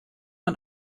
man